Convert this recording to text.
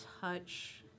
touch